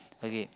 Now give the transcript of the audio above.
okay